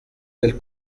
del